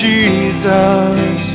Jesus